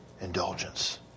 indulgence